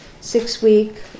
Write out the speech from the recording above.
six-week